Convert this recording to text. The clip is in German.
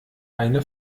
eine